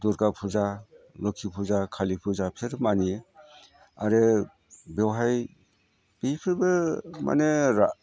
दुरगा फुजा लोक्षि फुजा खालि फुजा बिसोर मानियो आरो बेवहाय बेफोरबो माने